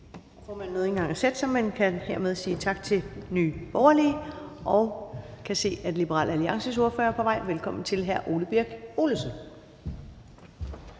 nåede ikke engang at sætte sig, men kan hermed sige tak til Nye Borgerlige. Jeg kan se, at Liberal Alliances ordfører på vej. Velkommen til hr. Ole Birk Olesen.